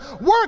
Work